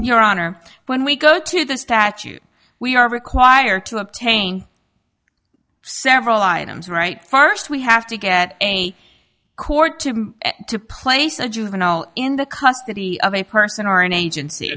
your honor when we go to the statute we are required to obtain several items right first we have to get a court to to place a juvenile in the custody of a person or an agency